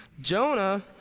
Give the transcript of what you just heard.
Jonah